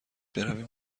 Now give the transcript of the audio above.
برویم